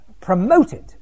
promoted